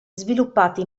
sviluppati